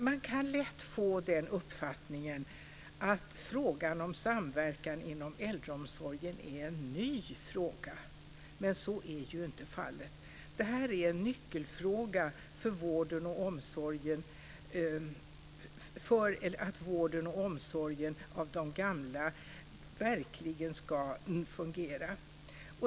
Man kan lätt få den uppfattningen att frågan om samverkan inom äldreomsorgen är en ny fråga, men så är ju inte fallet. Det här är en nyckelfråga för att vården och omsorgen om de gamla verkligen ska fungera.